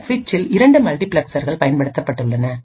இந்த சுவிட்சில் இரண்டு மல்டிபிளெக்சர்கள்பயன்படுத்தப்பட்டுள்ளது